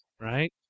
right